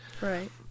Right